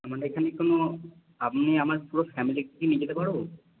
মানে এখানে কোনও আমার পুরো ফ্যামিলিকে নিয়ে যেতে পারবো